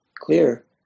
clear